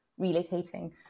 relocating